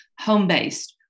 home-based